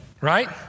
Right